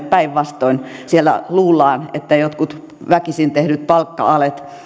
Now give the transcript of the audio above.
päinvastoin siellä luullaan että jotkut väkisin tehdyt palkka alet